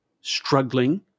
struggling